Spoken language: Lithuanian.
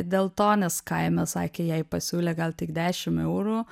dėl to nes kaime sakė jai pasiūlė gal tik dešim eurų